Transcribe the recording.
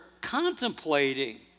contemplating